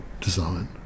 design